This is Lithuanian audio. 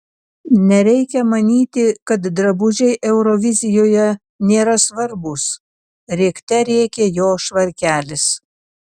nereikia manyti kad drabužiai eurovizijoje nėra svarbūs rėkte rėkė jo švarkelis